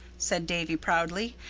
said davy proudly.